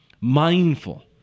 Mindful